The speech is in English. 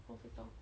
我不懂